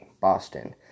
Boston